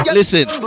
listen